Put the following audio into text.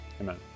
amen